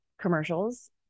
commercials